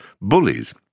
bullies